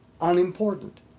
unimportant